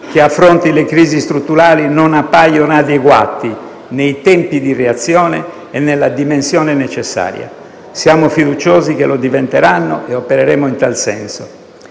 che affronti le crisi strutturali non appaiono adeguati nei tempi di reazione e nella dimensione necessaria. Siamo fiduciosi che lo diventeranno e opereremo in tal senso.